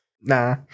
Nah